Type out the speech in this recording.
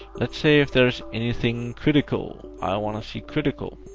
let's say, if there's anything critical, i wanna see critical.